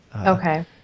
Okay